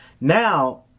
now